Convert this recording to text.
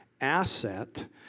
asset